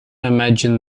imagine